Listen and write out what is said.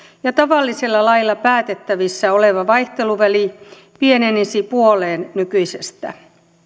ja tavallisella lailla päätettävissä oleva vaihteluväli pienenisi puoleen nykyisestä